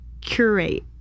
curate